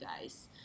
guys